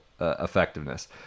effectiveness